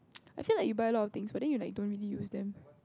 I feel like you buy a lot of things but then you like don't really use them